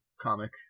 comic